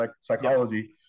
psychology